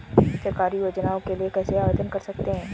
सरकारी योजनाओं के लिए कैसे आवेदन कर सकते हैं?